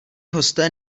hosté